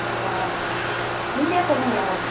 நீங்களே சொல்லுங்களேன் ஒரு